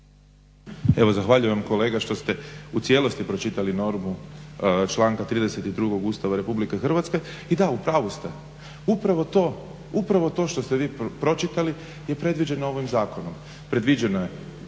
Evo zahvaljujem kolega što ste u cijelosti pročitali normu članka 32. Ustava Republike Hrvatske i da, u pravu ste. Upravo to što ste vi pročitali je predviđeno ovim zakonom.